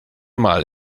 mal